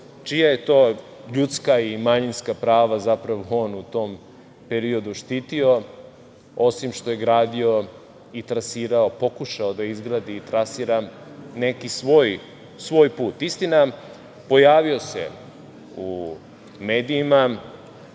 čija je to ljudska i manjinska prava zapravo on u tom periodu štitio osim što je gradio i trasirao, pokušao da izgradi i trasira neki svoj put. Istina, pojavio se u medijima